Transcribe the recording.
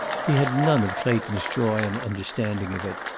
he had none of clayton's joy and understanding of it.